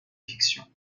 fictions